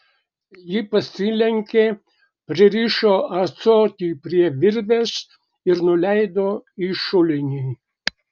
ji pasilenkė pririšo ąsotį prie virvės ir nuleido į šulinį